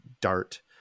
dart